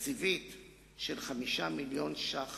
תקציבית של 5 מיליוני ש"ח